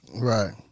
Right